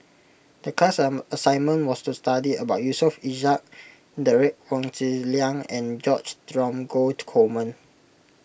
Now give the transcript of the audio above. the class assignment was to study about Yusof Ishak Derek Wong Zi Liang and George Dromgold Coleman